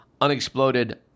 unexploded